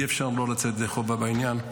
אי-אפשר לא לצאת ידי חובה בעניין,